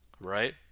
right